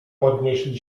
podnieśli